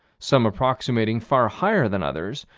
some approximating far higher than others,